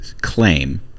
claim